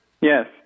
Yes